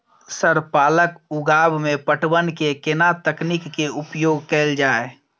Sir पालक उगाव में पटवन के केना तकनीक के उपयोग कैल जाए?